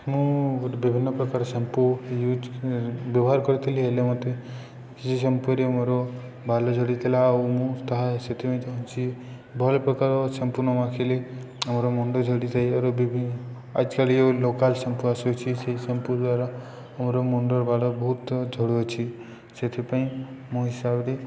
ମୁଁ ଗୋଟେ ବିଭିନ୍ନ ପ୍ରକାର ଶାମ୍ପୁ ୟୁଜ୍ ବ୍ୟବହାର କରିଥିଲି ହେଲେ ମୋତେ ସେ ଶାମ୍ପୁରେ ମୋର ବାଲ ଝଡ଼ିଥିଲା ଆଉ ମୁଁ ତାହା ସେଥିପାଇଁ ଚାହୁଁଛିି ଭଲ ପ୍ରକାର ଶ୍ୟାମ୍ପୁ ନ ମାଖିଲି ମୋର ମୁଣ୍ଡ ଝଡ଼ିଯାଇଥାଏ ଆଜିକାଲି ଯେଉଁ ଲୋକାଲ୍ ଶାମ୍ପୁ ଆସୁଅଛି ସେଇ ଶାମ୍ପୁ ଦ୍ଵାରା ଆମର ମୁଣ୍ଡର ବାଲ ବହୁତ ଝଡ଼ୁଅଛି ସେଥିପାଇଁ ମୋ ହିସାବରେ